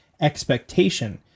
expectation